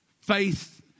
faith